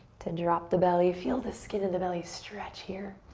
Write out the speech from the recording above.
to drop the belly. feel the skin of the belly stretch here.